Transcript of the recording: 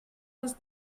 les